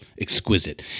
Exquisite